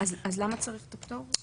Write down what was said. אז למה צריך את הפטור?